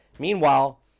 Meanwhile